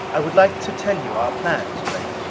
i would like to tell you our plans, gregg.